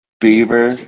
Beaver